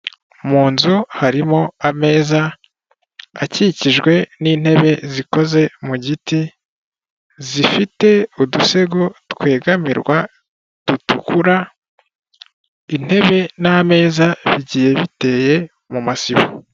Mu nzu harimo ameza akikijwe n'intebe zikoze mu giti, zifite udusego twegamirwa dutukura, intebe n'ameza bigiye biteye mu masibo.